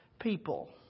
people